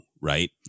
right